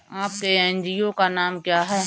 आपके एन.जी.ओ का नाम क्या है?